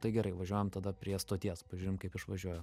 tai gerai važiuojam tada prie stoties pažiūrim kaip išvažiuoja